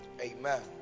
Amen